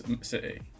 City